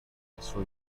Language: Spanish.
marzo